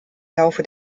laufe